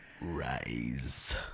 Rise